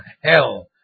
hell